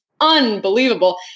unbelievable